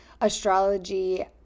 astrology